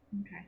Okay